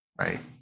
right